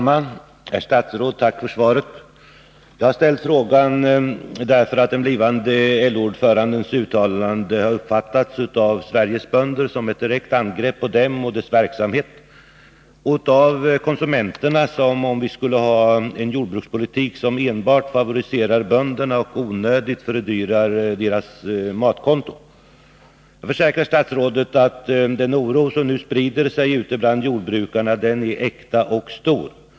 Herr talman! Tack för svaret, herr statsråd. Jag har ställt frågan därför att den blivande LO-ordförandens uttalanden har uppfattats av Sveriges bönder som ett direkt angrepp på dem och deras verksamhet och av konsumenterna som om vi skulle ha en jordbrukspolitik som enbart favoriserar bönderna och onödigt fördyrar konsumenternas matkonto. Jag försäkrar statsrådet att den oro som nu sprider sig ute bland jordbrukarna är äkta och stor.